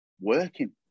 working